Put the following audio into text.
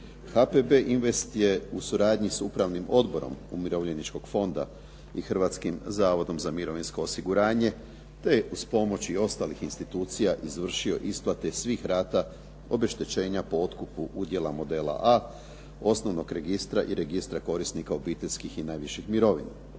HPB Invest je u suradnji s upravnim odborom umirovljeničkog fonda i Hrvatskim zavodom za mirovinsko osiguranje, te uz pomoć i ostalih institucija izvršio isplate svih rata, obeštećenja po otkupu udjela modela A, osnovnog registra i registra korisnika obiteljskih i najviših mirovina,